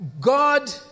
God